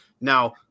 Now